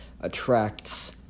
attracts